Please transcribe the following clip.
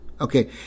Okay